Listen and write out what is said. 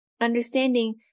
understanding